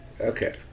Okay